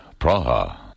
Praha